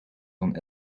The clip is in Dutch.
dan